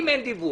אם אין דיווח,